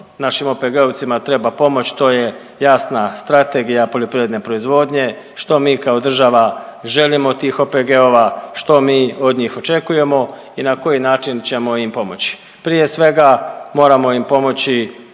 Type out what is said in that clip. našim OPG-ovcima treba pomoći to je jasna strategija poljoprivredne proizvodnje, što mi kao država želimo od tih OPG-ova, što mi od njih očekujemo i na koji način ćemo im pomoći. Prije svega, moramo im pomoći